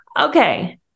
Okay